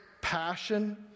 passion